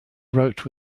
wrote